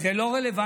זה לא רלוונטי,